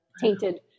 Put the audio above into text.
tainted